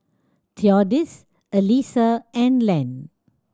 Theodis Alisa and Len